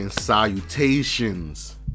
salutations